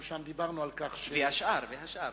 ושם דיברנו על כך, והשאר, והשאר.